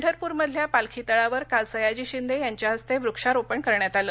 पंढरप्रमधल्या पालखी तळावर काल सयाजी शिंदे यांच्या हस्ते वृक्षारोपण करण्यात आलं